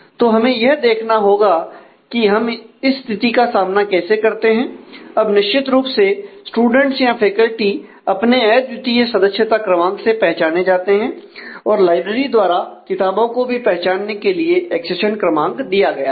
तो हमें यह देखना होगा कि हम स्थिति का सामना कैसे करते हैं अब निश्चित रूप से स्टूडेंट्स या फैकल्टी अपने अद्वितीय सदस्यता क्रमांक से पहचाने जाते हैं और लाइब्रेरी द्वारा किताबों को भी पहचानने के लिए एक्सेशन क्रमांक दिया गया है